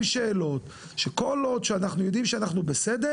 שאלות וכל עוד שאנחנו יודעים שאנחנו בסדר,